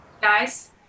guys